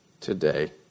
today